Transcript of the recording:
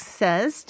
says